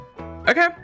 okay